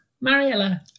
Mariella